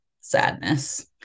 sadness